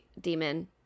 demon